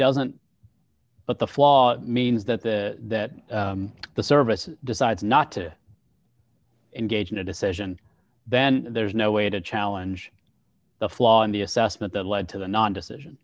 doesn't but the flaw means that the that the service decides not to engage in a decision then there's no way to challenge the flaw in the assessment that led to the non decision